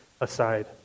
aside